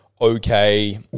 okay